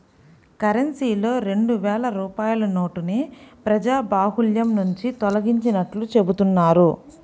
కరెన్సీలో రెండు వేల రూపాయల నోటుని ప్రజాబాహుల్యం నుంచి తొలగించినట్లు చెబుతున్నారు